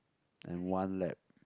and one lab